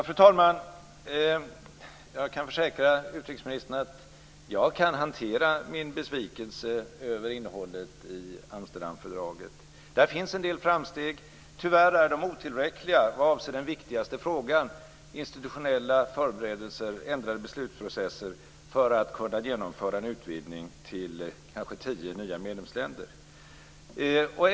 Fru talman! Jag kan försäkra utrikesministern att jag kan hantera min besvikelse över innehållet i Amsterdamfördraget. Där finns en del framsteg, men tyvärr är de otillräckliga vad avser den viktigaste frågan, nämligen institutionella förberedelser, ändrade beslutsprocesser, för att kunna genomföra en utvidgning till kanske tio nya medlemsländer.